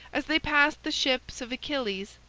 as they passed the ships of achilles,